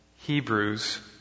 Hebrews